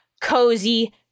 cozy